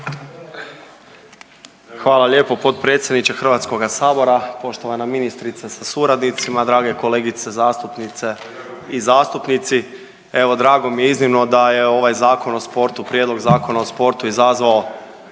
Hvala lijepo potpredsjedniče Hrvatskoga sabora. Poštovana ministrica sa suradnicima, drage kolegice zastupnice i zastupnici, evo drago mi je iznimno da je ovaj Zakon o sportu, Prijedlog Zakona o sportu izazvao